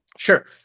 Sure